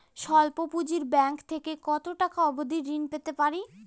স্বল্প পুঁজির ব্যাংক থেকে কত টাকা অবধি ঋণ পেতে পারি?